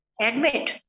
admit